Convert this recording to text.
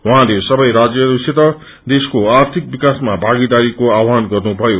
उहाँले सबै राज्यहरूसित देशके आर्थिक विकासमा भागीदारीको आवहान गर्नुभयो